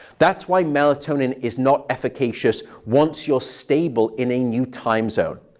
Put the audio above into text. that's why melatonin is not efficacious once you're stable in a new time zone.